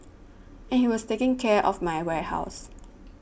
and he was taking care of my warehouse